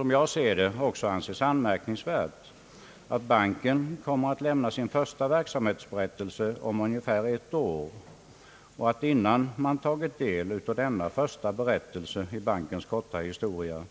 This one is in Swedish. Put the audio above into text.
Som jag ser saken är det också anmärkningsvärt att banken kommer att lämna sin första verksamhetsberättelse om ungefär ett år och att man är beredd att ytterligare öka aktiekapitalet innan man tagit del av denna första berättelse i bankens korta historia.